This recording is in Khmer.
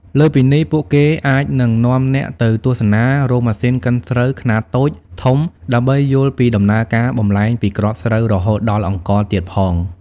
លើសពីនេះ ពួកគេអាចនឹងនាំអ្នកទៅទស្សនារោងម៉ាស៊ីនកិនស្រូវខ្នាតតូច ធំ ដើម្បីយល់ពីដំណើរការបំប្លែងពីគ្រាប់ស្រូវរហូតដល់អង្ករទៀតផង ។